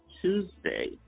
Tuesday